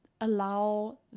allow